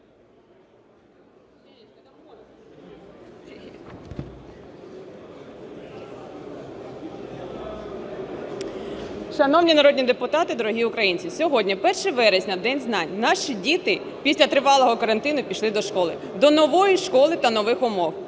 Шановні народні депутати, дорогі українці, сьогодні 1 вересня – День знань, наші діти після тривалого карантину пішли до школи, до нової школи та нових умов.